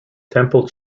temple